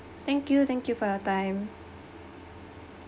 thank you thank you for your time